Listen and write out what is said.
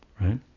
right